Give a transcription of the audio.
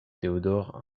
théodore